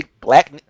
Black